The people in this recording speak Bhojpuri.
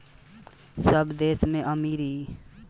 सब देश में अमीरी अउर गरीबी, व्यापार मे उतार चढ़ाव के ऊपर होला